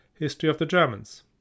historyofthegermans